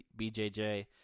BJJ